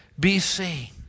BC